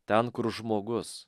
ten kur žmogus